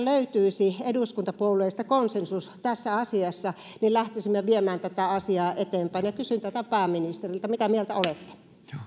eduskuntapuolueista löytyisi konsensus tässä asiassa niin lähtisimme viemään tätä asiaa eteenpäin kysyn tätä pääministeriltä mitä mieltä olette